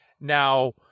now